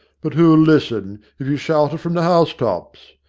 but who'll listen, if you shout it from the housetops?